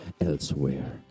elsewhere